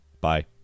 bye